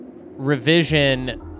revision